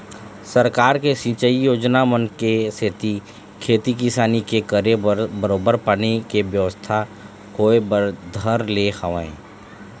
सरकार के सिंचई योजना मन के सेती खेती किसानी के करे बर बरोबर पानी के बेवस्था होय बर धर ले हवय